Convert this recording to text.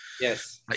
Yes